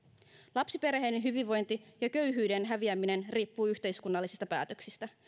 lapsiperheiden hyvinvointi ja köyhyyden häviäminen riippuu yhteiskunnallisista päätöksistä